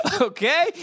Okay